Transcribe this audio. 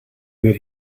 that